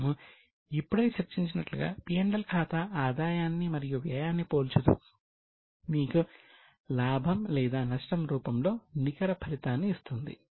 మనము ఇప్పుడే చర్చించినట్లుగా P L ఖాతా ఆదాయాన్ని మరియు వ్యయాన్ని పోల్చుతూ మీకు లాభం లేదా నష్టం రూపంలో నికర ఫలితాన్ని ఇస్తుంది